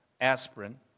aspirin